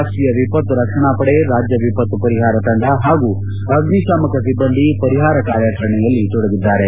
ರಾಷ್ಲೀಯ ವಿಪತ್ತು ರಕ್ಷಣಾ ಪಡೆ ರಾಜ್ಯ ವಿಪತ್ತು ಪರಿಹಾರ ತಂಡ ಹಾಗೂ ಅಗ್ನಿ ಶಾಮಕ ಸಿಬ್ಲಂದಿ ಪರಿಹಾರ ಕಾರ್ಯಾಚರಣೆಯಲ್ಲಿ ತೊಡಗಿದ್ದಾರೆ